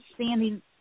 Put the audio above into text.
standing